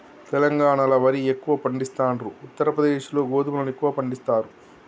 తెలంగాణాల వరి ఎక్కువ పండిస్తాండ్రు, ఉత్తర ప్రదేశ్ లో గోధుమలను ఎక్కువ పండిస్తారు